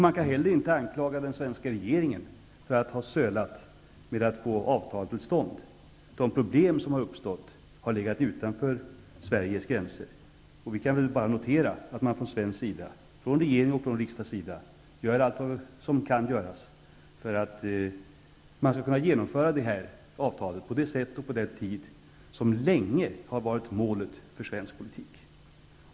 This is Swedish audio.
Man kan inte heller anklaga den svenska regeringen för att ha sölat med att få avtalet till stånd. De problem som har uppstått har legat utanför Sveriges gränser, och vi kan väl bara notera att man från svensk sida, regering och riksdag, gör allt vad som kan göras för att genomföra avtalet på det sätt och på den tid som länge har varit målet för svensk politik.